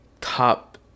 top